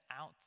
out